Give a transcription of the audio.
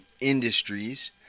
industries